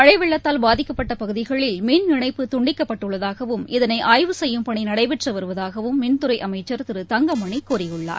மழைவெள்ளத்தால் பாதிக்கப்பட்டபகுதிகளில் இணைப்பு துண்டிக்கப்பட்டுள்ளதாகவும் இதனைஆய்வு செய்யும் பணிநடைபெற்றுவருவதாகவும் மின்துறைஅமைச்சர் திரு தங்கமணிகூறியுள்ளார்